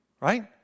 right